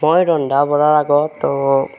মই ৰন্ধা বঢ়াৰ আগত